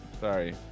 Sorry